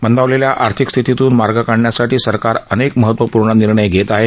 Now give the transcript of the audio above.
मंदावलेल्या आर्थिक स्थितीतून मार्ग काढण्यासाठी सरकार अनेक महत्वपूर्ण निर्णय घेत आहे